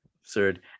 Absurd